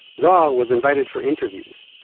zohar was invited for interviews.